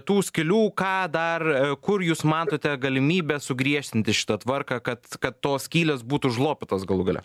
tų skylių ką dar kur jūs matote galimybę sugriežtinti šitą tvarką kad kad tos skylės būtų užlopytos galų gale